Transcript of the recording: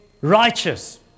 righteous